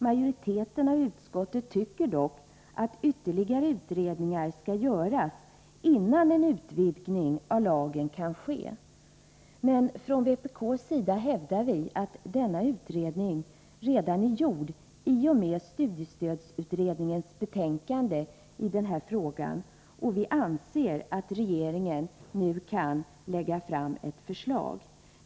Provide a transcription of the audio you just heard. Majoriteten av utskottet tycker dock att ytterligare utredningar skall göras innan en utvidgning av lagen kan ske. Från vpk:s sida hävdar vi att denna utredning redan är gjord i och med studiestödsutredningens betänkande i denna fråga, och vi anser att regeringen nu kan lägga fram ett förslag.